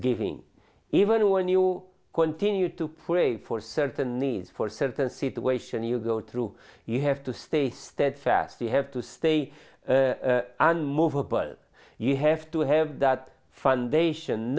giving even when you continue to pray for certain needs for certain situation you go through you have to stay steadfast you have to stay unmovable you have to have that fun da